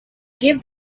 give